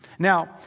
Now